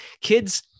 kids